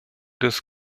des